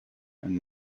and